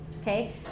okay